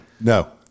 No